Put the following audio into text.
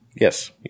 Yes